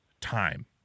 time